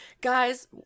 Guys